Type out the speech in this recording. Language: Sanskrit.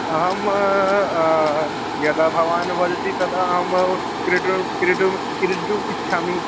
अहम यदा भवान् वदति तदा अहं क्रेतुं क्रेतुं क्रीडितुम् इच्छामि